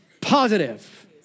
positive